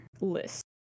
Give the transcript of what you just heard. list